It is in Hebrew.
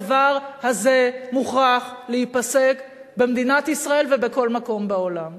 הדבר הזה מוכרח להיפסק במדינת ישראל ובכל מקום בעולם.